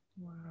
Wow